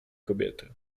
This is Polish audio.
kobiety